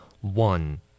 One